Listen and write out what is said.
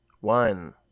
one